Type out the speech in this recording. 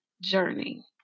journey